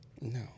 No